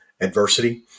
adversity